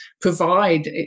provide